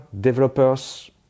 developers